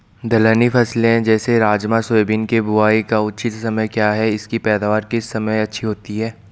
दलहनी फसलें जैसे राजमा सोयाबीन के बुआई का उचित समय क्या है इसकी पैदावार किस समय अच्छी होती है?